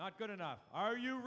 not good enough are you